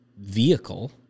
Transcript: vehicle